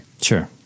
Sure